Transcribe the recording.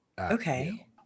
Okay